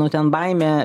nu ten baimė